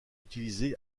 utilisées